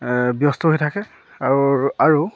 ব্যস্ত হৈ থাকে আৰু আৰু